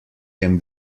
can